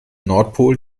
nordpol